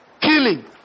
killing